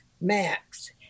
max